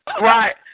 Right